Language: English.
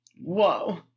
Whoa